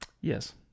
Yes